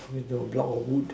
with the block of wood